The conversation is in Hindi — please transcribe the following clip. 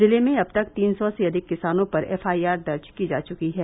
जिले में अब तक तीन सौ से अधिक किसानों पर एफ आई आर दर्ज की जा चुकी है